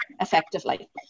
effectively